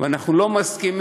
אנחנו לא מסכימים,